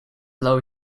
low